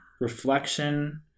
reflection